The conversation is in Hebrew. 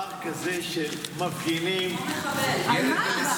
דבר כזה למפגינים, ילד בן